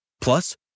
Plus